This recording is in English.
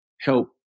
help